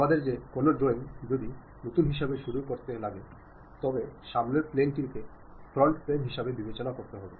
আমাদের যে কোনও ড্রয়িং যদি নতুন হিসাবে শুরু করতে লাগে তবে সামনের প্লেন টি কে ফ্রন্ট প্লেন হিসেবে বিবেচনা করতে হবে